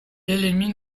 élimine